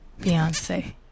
Beyonce